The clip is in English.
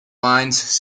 lines